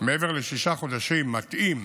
מעבר לשישה חודשים מתאים